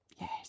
Yes